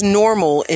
normal